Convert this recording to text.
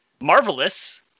Marvelous